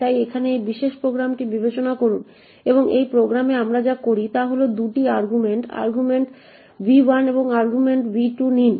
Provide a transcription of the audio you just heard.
তাই এখানে এই বিশেষ প্রোগ্রামটি বিবেচনা করুন এবং এই প্রোগ্রামে আমরা যা করি তা হল 2টি আর্গুমেন্ট argv1 এবং argv2 নিন